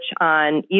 on